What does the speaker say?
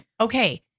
Okay